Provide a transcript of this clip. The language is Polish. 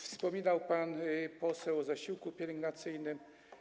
Wspominał pan poseł o zasiłku pielęgnacyjnym.